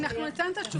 אנחנו ניתן את התשובות,